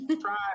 Try